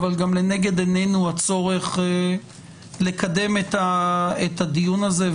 אבל גם לנגד עינינו הצורך לקדם את הדיון הזה,